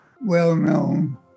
well-known